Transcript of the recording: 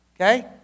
okay